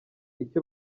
icyo